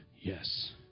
Yes